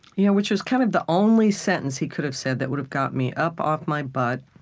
you know which was kind of the only sentence he could have said that would have got me up off my butt,